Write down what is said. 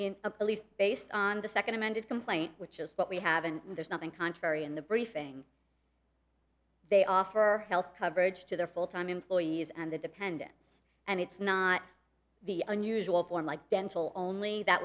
in a police based on the second amended complaint which is what we have and there's nothing contrary in the briefing they offer health coverage to their full time employees and the dependents and it's not the unusual form like dental only that